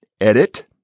edit